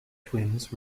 twins